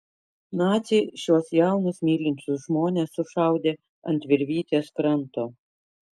naciai šiuos jaunus mylinčius žmones sušaudė ant virvytės kranto